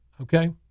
okay